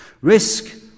Risk